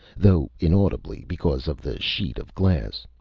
though inaudibly because of the sheet of glass.